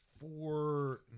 four